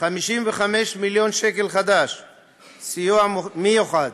55 מיליון ש"ח סיוע מיוחד